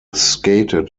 skated